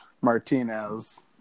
Martinez